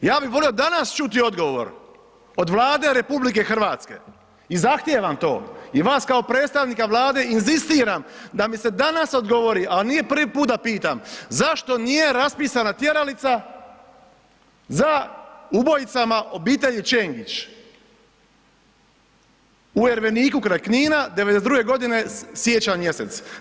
Ja bih volio danas čuti odgovor od Vlade RH i zahtijevam to i vas kao predstavnika Vlade inzistiram da mi se danas odgovori, a nije prvi put da pitam, zašto nije raspisana tjeralica za ubojicama obitelji Čengić u Erveniku kraj Knina, siječanj mjesec?